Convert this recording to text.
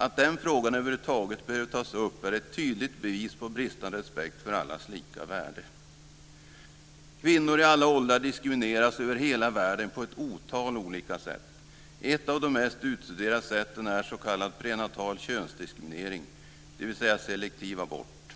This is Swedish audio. Att den frågan över huvud taget behöver tas upp är ett tydligt bevis på bristande respekt för allas lika värde. Kvinnor i alla åldrar diskrimineras på ett otal olika sätt över hela världen. Ett av de mest utstuderade sätten är s.k. prenatal könsdiskriminering, dvs. selektiv abort.